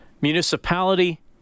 municipality